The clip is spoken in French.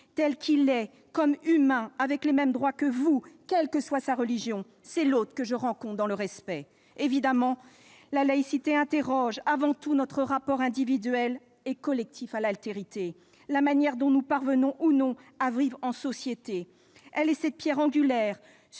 tel qu'il est, comme humain, avec les mêmes droits que vous, quelle que soit sa religion. [...] C'est l'autre que je rencontre dans le respect ». Évidemment, la laïcité interroge avant tout notre rapport individuel et collectif à l'altérité, la manière dont nous parvenons ou non à vivre en société. Elle est cette pierre angulaire